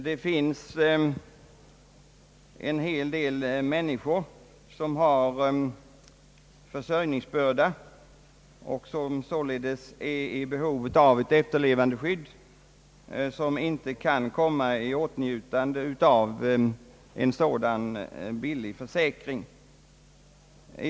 Det finns åtskilliga människor med försörjningsbörda, som är i behov av ett efterlevandeskydd men som inte kan komma i åtnjutande av en sådan billig försäkring.